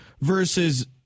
versus